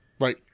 Right